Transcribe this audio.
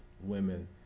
women